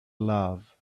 love